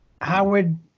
Howard